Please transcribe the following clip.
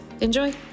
Enjoy